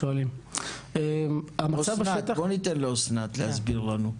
בוא ניתן לאסנת להסביר לנו.